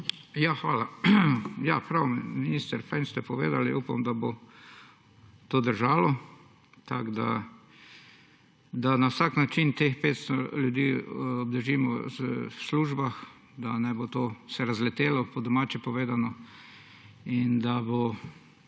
Hvala. Minister, fino ste povedali. Upam, da bo to držalo, da na vsak način teh 500 ljudi obdržimo v službah, da se ne bo to razletelo, po domače povedano, in da bo